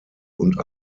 und